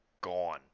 gone